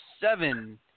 seven